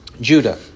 Judah